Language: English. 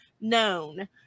known